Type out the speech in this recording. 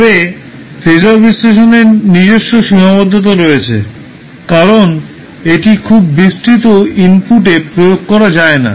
তবে ফেজর বিশ্লেষণের নিজস্ব সীমাবদ্ধতা রয়েছে কারণ এটি খুব বিস্তৃত ইনপুটে প্রয়োগ করা যায় না